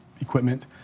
equipment